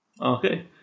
Okay